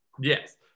yes